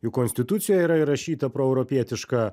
jų konstitucijoje yra įrašyta proeuropietiška